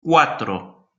cuatro